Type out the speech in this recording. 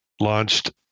launched